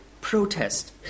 protest